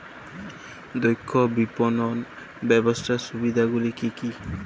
দক্ষ বিপণন ব্যবস্থার সুবিধাগুলি কি কি?